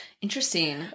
Interesting